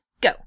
go